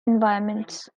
environments